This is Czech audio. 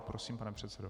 Prosím, pane předsedo.